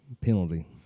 Penalty